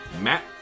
Matt